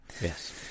Yes